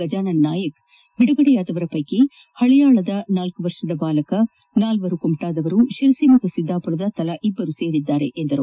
ಗಜಾನನ ನಾಯಕ ಬಿಡುಗಡೆಯಾದವರ ಪೈಕಿ ಹಳಿಯಾಳದ ನಾಲ್ಕು ವರ್ಷದ ಬಾಲಕ ಸೇರಿ ನಾಲ್ವರು ಕುಮಟಾದವರು ಶಿರಸಿ ಮತ್ತು ಸಿದ್ದಾಪುರದ ತಲಾ ಇಬ್ಬರು ಸೇರಿದ್ದಾರೆ ಎಂದರು